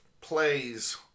plays